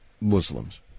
Muslims